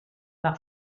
par